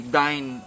dine